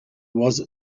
was